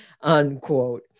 unquote